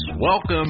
Welcome